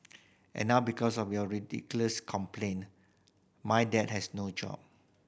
and now because of your ridiculous complaint my dad has no job